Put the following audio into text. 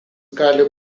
gali